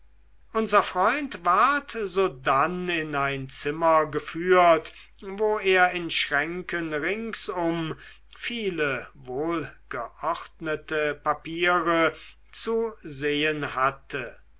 unser freund ward sodann in ein zimmer geführt wo er in schränken ringsum viele wohlgeordnete papiere zu sehen hatte